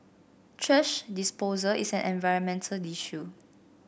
thrash disposal is an environmental issue